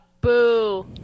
Boo